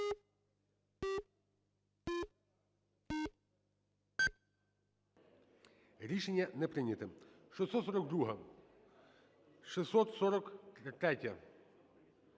Рішення не прийнято. 642-а. 643-я.